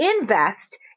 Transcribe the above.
invest